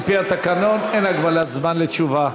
על-פי התקנון אין הגבלת זמן בתשובה.